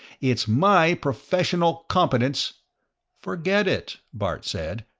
it's my professional competence forget it, bart said.